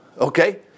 okay